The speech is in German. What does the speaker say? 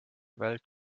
welt